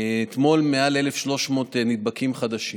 אתמול, מעל 1,300 נדבקים חדשים.